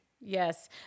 Yes